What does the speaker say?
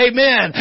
Amen